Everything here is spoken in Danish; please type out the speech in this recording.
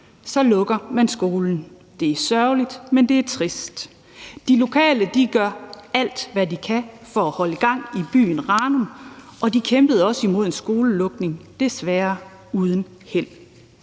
lukker man skolen. Det er sørgeligt, og det er trist. De lokale gør alt, hvad de kan, for at holde gang i byen Ranum, og de kæmpede også imod en skolelukning, men desværre uden held.